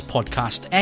Podcast